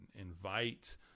invite